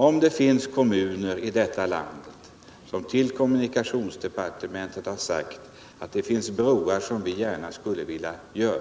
Om det finns kommuner i detta land som till kommunikationsdepartementet har sagt att man har planer på brobyggen som man gärna skulle vilja fullfölja,